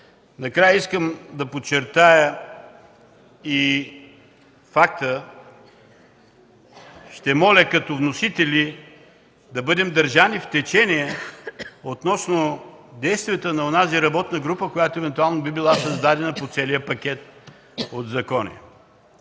Накрая искам да помоля като вносители да бъдем държани в течение относно действията на онази работна група, която евентуално би била създадена за целия пакет от закони.